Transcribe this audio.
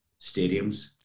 stadiums